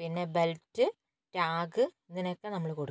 പിന്നെ belt tag ഇതിനൊക്കെ നമ്മൾ കൊടുക്കണം